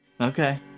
Okay